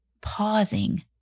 pausing